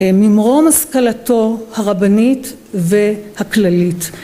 ממרום השכלתו הרבנית והכללית